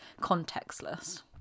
contextless